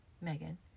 Megan